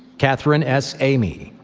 catherine s. amy.